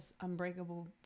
unbreakable